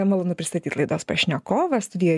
malonu pristatyt laidos pašnekovą studijoj